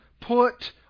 put